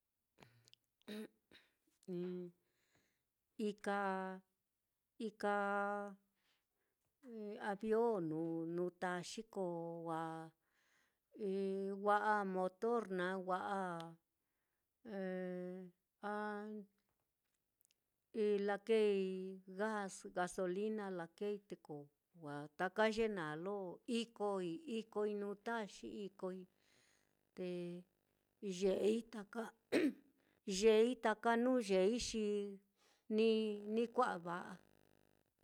ika ika avion nuu nuu taxi ko wa i wa'a motor naá wa'a lakeei gas gasolina lakei, te ko wa'a taka ye naá lo ikoi ikoi nuu taxi ikoi, te yeei taka yeei taka nuu yeei xi ni ni kua'a va'a.